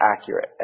accurate